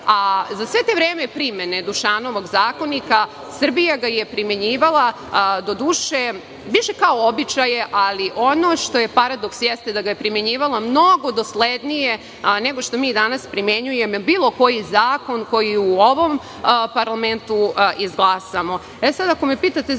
Za svo to vreme primene Dušanovog zakonika, Srbija ga je primenjivala doduše više kao običaje. Ali, ono što je paradoks, jeste da ga je primenjivala mnogo doslednije nego što mi danas primenjujemo bilo koji zakon koji u ovom parlamentu izglasamo. Ako